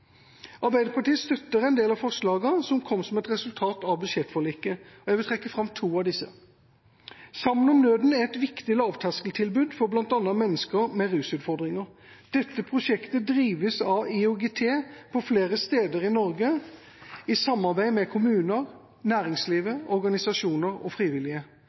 Arbeiderpartiet støtter en del av det som kom som resultat av budsjettforliket. Jeg vil trekke fram to av disse: Sammen om nøden er et viktig lavterskeltilbud for bl.a. mennesker med rusutfordringer. Dette prosjektet drives av IOGT i samarbeid med kommuner, næringslivet, organisasjoner og frivillige på flere steder i Norge.